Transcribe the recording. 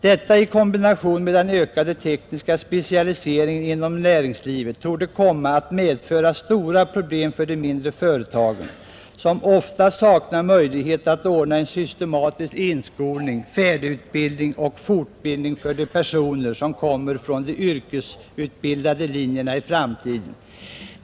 Detta i kombination med den ökande tekniska specialiseringen inom näringslivet torde komma att medföra stora problem för de mindre företagen, som ofta saknar möjligheter att ordna en systematisk inskolning, färdigutbildning och fortbildning för de personer som kommer från de yrkesutbildande linjerna i framtiden.